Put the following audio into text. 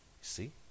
See